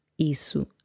Isso